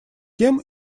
тем